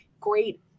great